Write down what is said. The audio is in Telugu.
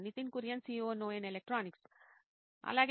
నితిన్ కురియన్ COO నోయిన్ ఎలక్ట్రానిక్స్ అలాగే